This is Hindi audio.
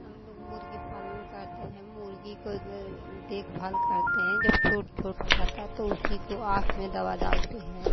हम लोग मुर्ग़ी पालन करते हैं मुर्ग़ी की देखभाल करते हैं जब छोटा छोटा रहता है तो उसी को आँख में दवा डालते हैं